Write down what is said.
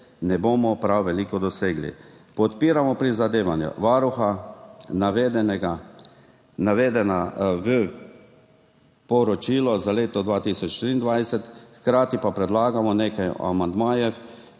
ne bomo prav veliko dosegli. Podpiramo prizadevanja Varuha, navedena v poročilu za leto 2023, hkrati pa predlagamo nekaj amandmajev